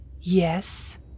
yes